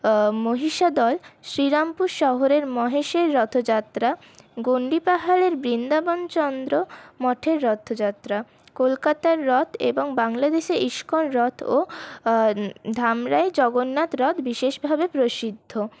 মহিষাদল শ্রীরামপুর শহরের মাহেশের রথযাত্রা গণ্ডি পাহাড়ের বৃন্দাবনচন্দ্র মঠের রথযাত্রা কলকাতার রথ এবং বাংলাদেশে ইস্কন রথ ও ধামরাই জগন্নাথ রথ বিশেষভাবে প্রসিদ্ধ